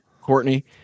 Courtney